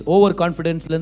Overconfidence